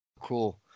cool